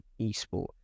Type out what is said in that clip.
esport